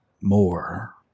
more